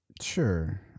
Sure